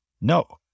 No